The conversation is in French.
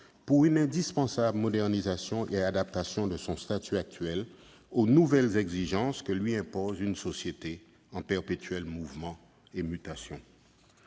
vue d'une indispensable modernisation et adaptation de son statut actuel aux nouvelles exigences que lui impose une société en perpétuel mouvement et mutation.